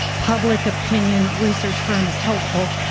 public opinion research firm is helpful,